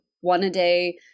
one-a-day